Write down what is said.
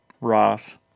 Ross